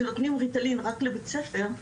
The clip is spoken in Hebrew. שנותנים ריטלין רק לבית ספר,